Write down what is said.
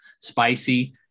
spicy